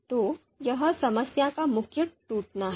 तो यह समस्या का मुख्य टूटना है